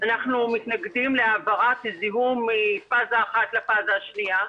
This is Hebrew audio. אנחנו מתנגדים להעברת זיהום מפזה אחת לפזה השנייה.